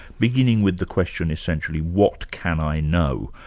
beginning with the question essentially, what can i know?